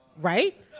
right